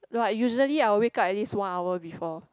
like usually I will wake up at least one hour before